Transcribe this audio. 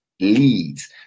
leads